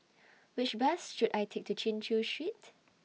Which Bus should I Take to Chin Chew Street